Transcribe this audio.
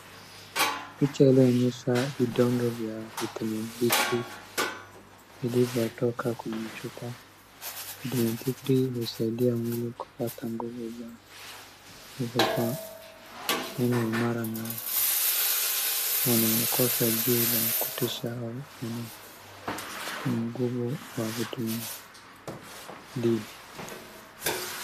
Picha inaonyesha vidonge vya vitamin D3 vilivyotoka kwenye chupa. Vitamin D3 husaidia mwili kupata nguvu za mifupa, meno imara na wanaokosa jua la kutosha au wana upungufu wa vitamin D.